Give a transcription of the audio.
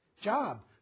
job